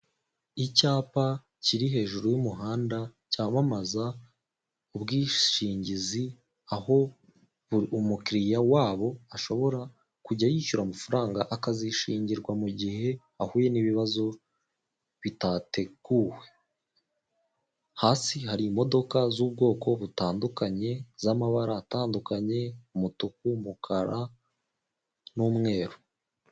Icyapa kiri hejuru y'umuhanda cyamamaza, ubwishingizi aho umukiliya wabo ashobora kujya yishyura amafaranga akazizishingirwa mu gihe ahuye n'ibibazo bitateguwe. Hasi hari imodoka z'ubwoko butandukanye z'amabara atandukanye umutuku, umukara n'umweru.